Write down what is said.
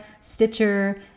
Stitcher